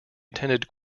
attended